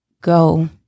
go